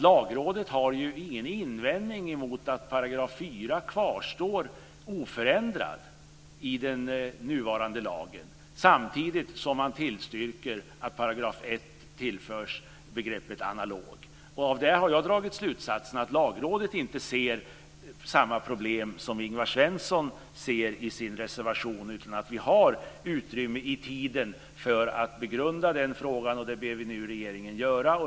Lagrådet har ju ingen invändning mot att 4 § kvarstår oförändrad i den nuvarande lagen, samtidigt som man tillstyrker att 1 § tillförs begreppet analog. Av det har jag dragit slutsatsen att Lagrådet inte ser samma problem som Ingvar Svensson ser i sin reservation. Vi har utrymme i tiden för att begrunda den frågan, och det ber vi nu regeringen göra.